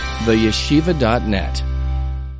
TheYeshiva.net